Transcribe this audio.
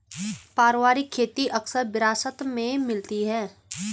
पारिवारिक खेती अक्सर विरासत में मिलती है